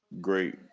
great